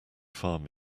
farm